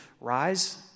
rise